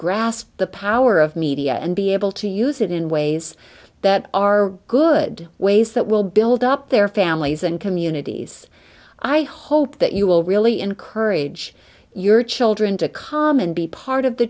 grasp the power of media and be able to use it in ways that are good ways that will build up their families and communities i hope that you will really encourage your children to calm and be part of the